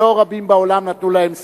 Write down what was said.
שלא רבים בעולם נתנו להם סיכוי.